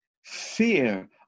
Fear